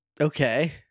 Okay